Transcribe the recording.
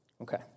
Okay